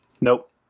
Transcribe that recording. Nope